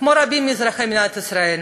כמו רבים מאזרחי מדינת ישראל.